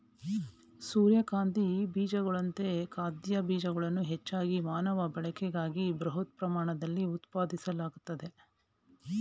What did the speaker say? ಸೂರ್ಯಕಾಂತಿ ಬೀಜಗಳಂತೆಯೇ ಖಾದ್ಯ ಬೀಜಗಳನ್ನು ಹೆಚ್ಚಾಗಿ ಮಾನವ ಬಳಕೆಗಾಗಿ ಬೃಹತ್ ಪ್ರಮಾಣದಲ್ಲಿ ಉತ್ಪಾದಿಸಲಾಗ್ತದೆ